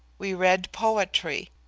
we read poetry.